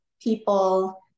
people